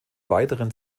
weiteren